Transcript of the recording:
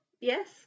Yes